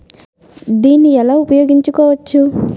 దీన్ని ఎలా ఉపయోగించు కోవచ్చు?